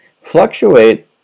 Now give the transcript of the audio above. fluctuate